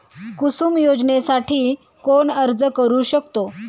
कुसुम योजनेसाठी कोण अर्ज करू शकतो?